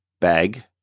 Bag